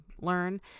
learn